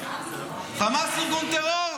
חמאס ארגון טרור?